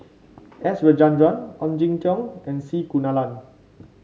S Rajendran Ong Jin Teong and C Kunalan